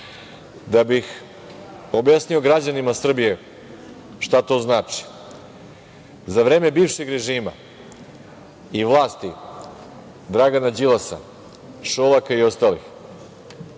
3%.Da bih objasnio građanima Srbije šta to znači, za vreme bivšeg režima i vlasti Dragana Đilasa, Šolaka i ostalih,